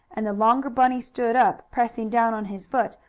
and the longer bunny stood up, pressing down on his foot,